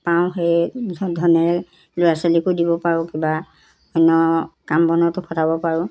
পাওঁ সেই ধনে ল'ৰা ছোৱালীকো দিব পাৰোঁ কিবা অন্য কাম বনতো খটাব পাৰোঁ